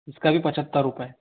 इसका भी पचहत्तर रुपये